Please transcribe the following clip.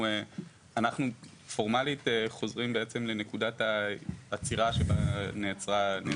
שפורמלית אנחנו חוזרים לנקודת העצירה שבה נעצר הדיון.